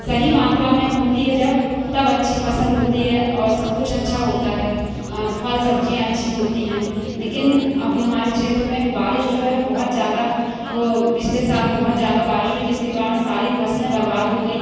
सही मात्रा में होती है जब तब अच्छी फसल होती है और सब कुछ अच्छा होता है फल सब्ज़ियाँ अच्छी होती हैं लेकिन अभी हमारे क्षेत्र में बारिश जो है बहुत ज़्यादा वो पिछले साल बहुत ज़्यादा बारिश हुई जिसके कारण सारी फसलें बर्बाद हो गईं